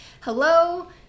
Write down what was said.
hello